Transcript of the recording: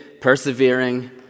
persevering